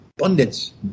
Abundance